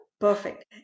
perfect